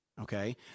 Okay